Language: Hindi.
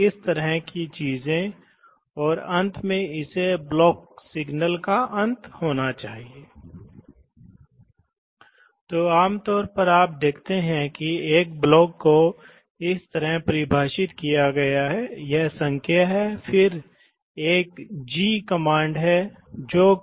इसी तरह यह वह जगह है जहां यह एक बोध है बस यह दिखाने के लिए कि यह कैसे यह इस न्यूमेटिक्स तत्वों का उपयोग विभिन्न बूलियन स्थितियों को उत्पन्न करने के लिए किया जा सकता है इसलिए यह है यह एक और गेट का एक बोध है जिसका उपयोग तीन तरह से दो स्थिति में होता है दिशा नियंत्रण वाल्व तो क्या होता है कि जब ये दोनों दबाव तब होते हैं तो यह इस बॉक्स में है